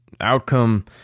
outcome